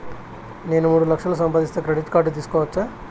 నేను మూడు లక్షలు సంపాదిస్తే క్రెడిట్ కార్డు తీసుకోవచ్చా?